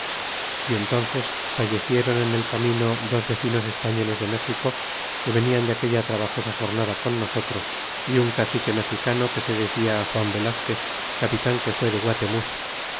y entences fallecieron en el camino dos vecinos españoles de méxico que venian de aquella trabajosa jornada con nosotros y un cacique mexicano que se decia juan velazquez capitan que fué de guatemuz